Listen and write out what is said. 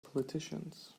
politicians